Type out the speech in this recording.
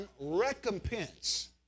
recompense